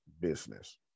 business